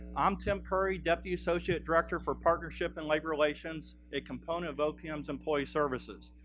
i'm tim curry, deputy associate director for partnership and labor relations, a component of opm's employee services.